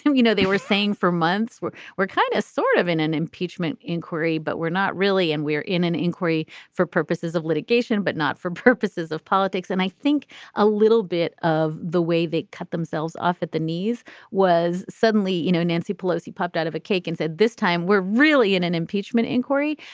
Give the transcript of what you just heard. you know they were saying for months where we're kind of sort of in an impeachment inquiry but we're not really and we're in an inquiry for purposes of litigation but not for purposes of politics and i think a little bit of the way they cut themselves off at the knees was suddenly. you know nancy pelosi popped out of a cake and said this time we're really in an impeachment inquiry.